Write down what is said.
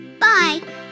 Bye